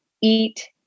eat